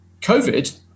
COVID